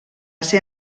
ser